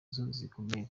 zikomeye